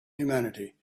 humanity